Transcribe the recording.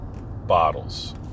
bottles